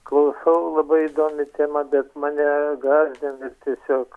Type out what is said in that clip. klausau labai įdomi tėma bet mane gąsdin ir tiesiog